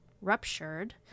ruptured